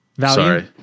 Sorry